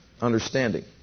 understanding